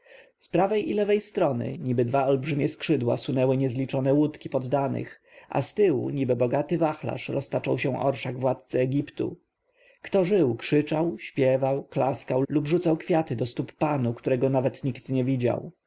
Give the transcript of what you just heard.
prawej i lewej strony niby dwa olbrzymie skrzydła sunęły niezliczone łódki poddanych a ztyłu niby bogaty wachlarz roztaczał się orszak władcy egiptu kto żył krzyczał śpiewał klaskał lub rzucał kwiaty do stóp panu którego nawet nikt nie widział